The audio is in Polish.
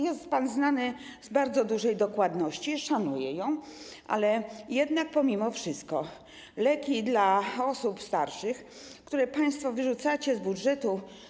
Jest pan znany z bardzo dużej dokładności, szanuję ją, ale jednak pomimo wszystko leki dla osób starszych państwo wyrzucacie z budżetu.